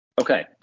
Okay